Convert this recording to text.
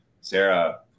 Sarah